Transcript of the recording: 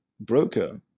broker